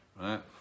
right